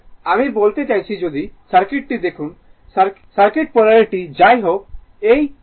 আমি বলতে চাচ্ছি যদি সার্কিট টি দেখুন সার্কিট পোলারিটি যাই হোক এই 1